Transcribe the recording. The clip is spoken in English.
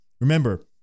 remember